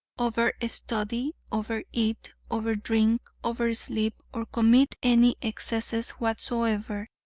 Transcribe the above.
over-study, over-eat, over-drink, over-sleep, or commit any excess whatsoever.